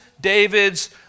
David's